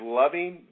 loving